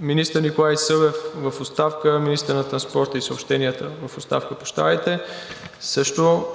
Министър Николай Събев – министър на транспорта и съобщенията в оставка, също